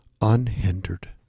unhindered